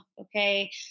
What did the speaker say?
okay